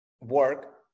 work